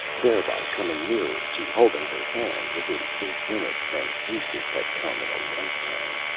thereby coming nearer to holding her hand within eight minutes than eustace had come in a lifetime.